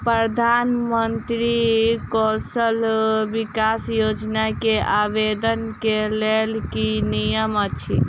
प्रधानमंत्री कौशल विकास योजना केँ आवेदन केँ लेल की नियम अछि?